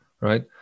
right